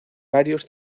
varios